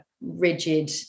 rigid